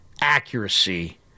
accuracy